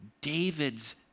David's